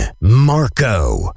Marco